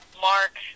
mark